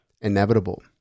inevitable